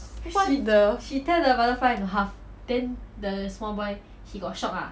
what the